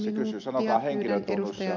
se kysyi sanokaa henkilötunnus ja